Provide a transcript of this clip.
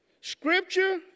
scripture